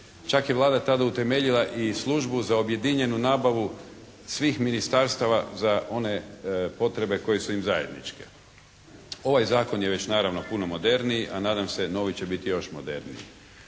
Čak je Vlada tad utemeljila i Službu za objedinjenu nabavu svih ministarstava za one potrebe koje su im zajedničke. Ovaj zakon je već naravno puno moderniji, a nadam se novi će biti još moderniji.